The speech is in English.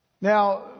Now